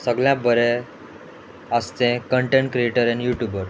सगल्या बरें आसचे कंटेंट क्रिएटर आनी यू ट्यूबर